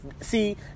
See